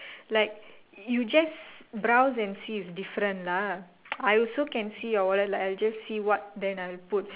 like you just browse and see is different lah I also can see your wallet like I'll just see what then I'll put